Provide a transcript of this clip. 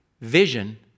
vision